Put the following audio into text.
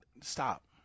Stop